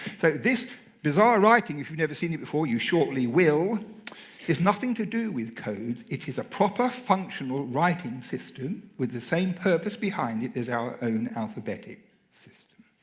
so this bizarre writing if you've never seen it before, you shortly will is nothing to do with codes. it is a proper functional writing system with the same purpose behind it as our own alphabetic system.